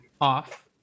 off